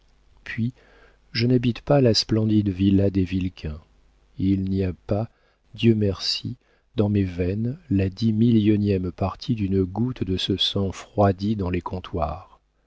puis je n'habite pas la splendide villa des vilquin il n'y a pas dieu merci dans mes veines la dix millionième partie d'une goutte de ce sang froidi dans les comptoirs